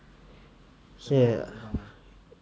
it's a